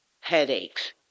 headaches